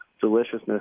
deliciousness